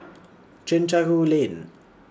Chencharu Lane